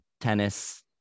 tennis